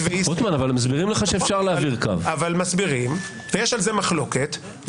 ויש על זה מחלוקת,